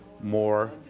more